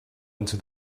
into